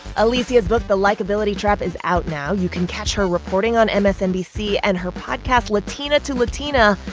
alicia's book the likeability trap is out now. you can catch her reporting on msnbc. and her podcast, latina to latina,